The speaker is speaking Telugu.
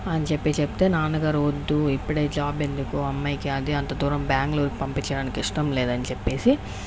అని చెప్పి చెప్తే నాన్నగారు వద్దు ఇప్పుడే జాబ్ ఎందుకు అమ్మాయికి అది అంత దూరం బెంగుళూరు పంపించడానికి ఇష్టం లేదని చెప్పేసి